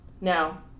Now